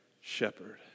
shepherd